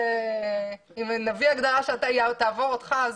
אם נביא הגדרה שתעבור אותך,